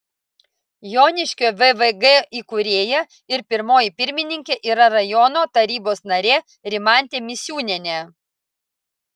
joniškio vvg įkūrėja ir pirmoji pirmininkė yra rajono tarybos narė rimantė misiūnienė